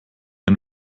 ein